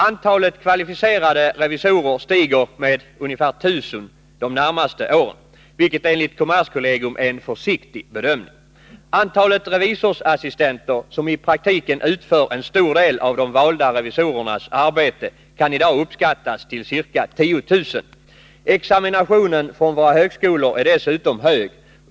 Antalet kvalificerade revisorer stiger med 1000 de närmaste åren, vilket enligt kommerskollegium är en försiktig bedömning. Antalet revisorsassistenter — som i praktiken utför en stor del av de valda revisorernas arbete — kan i dag uppskattas till ca 10 000. Examinationen från våra högskolor är dessutom hög.